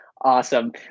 Awesome